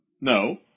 No